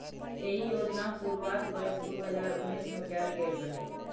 एहि योजनाक शुरुआत वर्ष दू हजार उन्नैस मे कैल गेल रहै